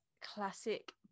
classic